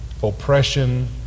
oppression